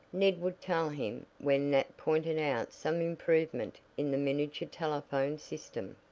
ned would tell him when nat pointed out some improvement in the miniature telephone system.